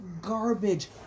garbage